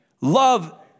Love